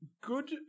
Good